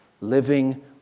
living